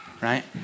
right